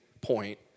point